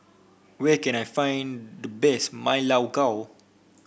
where can I find the best Ma Lai Gao